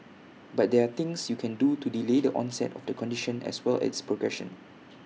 but there're things you can do to delay the onset of the condition as well as progression